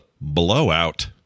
blowout